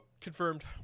confirmed